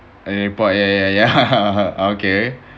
ah boy eh ya !huh! okay